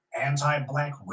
Anti-Black